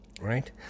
right